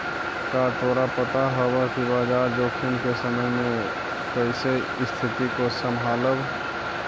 का तोरा पता हवअ कि बाजार जोखिम के समय में कइसे स्तिथि को संभालव